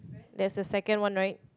there's a second one right